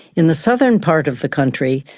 in the southern part of the country,